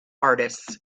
artists